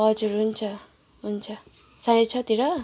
हजुर हुन्छ हुन्छ साँढे छतिर